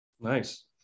Nice